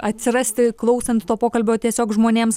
atsirasti klausant to pokalbio tiesiog žmonėms